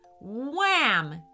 Wham